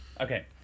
Okay